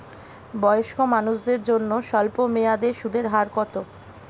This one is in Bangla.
বয়স্ক মানুষদের জন্য স্বল্প মেয়াদে সুদের হার কত?